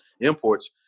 imports